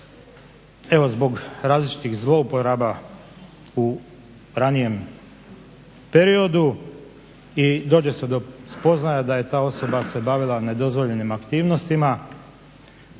evo zbog različitih zlouporaba u ranijem periodu i dođe se do spoznaja da je ta osoba se bavila nedozvoljenim aktivnostima.